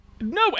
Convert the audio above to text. No